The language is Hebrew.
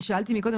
שאלתי מקודם,